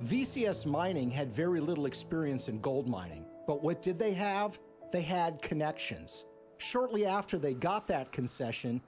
v c s mining had very little experience in gold mining but what did they have they had connections shortly after they got that concession